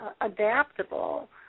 adaptable